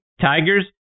Tigers